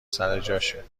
سرجاشه